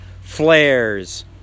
flares